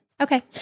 Okay